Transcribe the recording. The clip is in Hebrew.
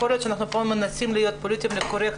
יכול להיות שאנחנו מנסים להיות פה פוליטיקלי קורקט,